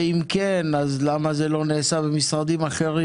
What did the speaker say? ואם כן, אז למה זה לא נעשה במשרדים אחרים?